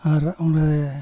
ᱟᱨ ᱚᱸᱰᱮ